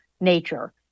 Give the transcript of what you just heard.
nature